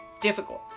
difficult